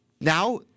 Now